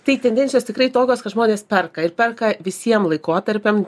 tai tendencijos tikrai tokios kad žmonės perka ir perka visiem laikotarpiam